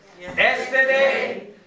yesterday